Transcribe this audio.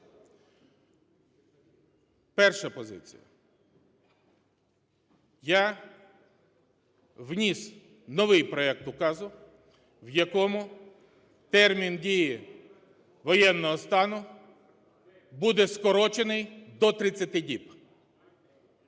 Перша позиція. Я вніс новий проект указу, в якому термін дії воєнного стану буде скорочений до 30 діб.